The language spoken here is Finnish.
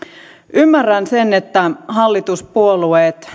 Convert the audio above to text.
ymmärrän sen että hallituspuolueet